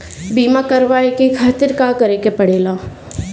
बीमा करेवाए के खातिर का करे के पड़ेला?